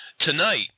Tonight